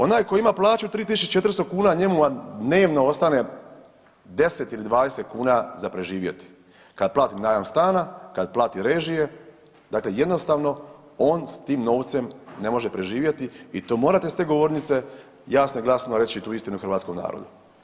Onaj koji ima plaću 3.400 kuna njemu vam dnevno ostane 10 ili 20 kuna za preživjeti, kad plati najam stana, kad plati režije, dakle jednostavno on s tim novcem ne može preživjeti i to morate s te govornice jasno i glasno reći tu istinu hrvatskom narodu.